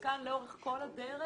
כאן, לאורך כל הדרך